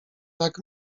tak